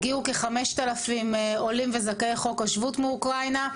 הגיעו כ-5,000 עולים וזכאי חוק השבות מאוקראינה,